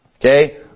Okay